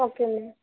ஓகேங்க மேம்